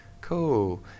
cool